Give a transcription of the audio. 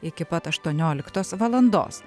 iki pat aštuonioliktos valandos